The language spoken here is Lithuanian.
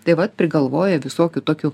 taip vat prigalvoja visokių tokių